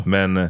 Men